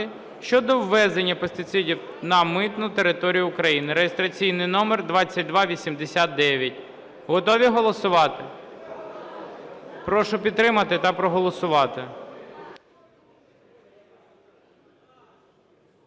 щодо ввезення пестицидів на митну територію України (реєстраційний номер 2289). Готові голосувати? Прошу підтримати та проголосувати.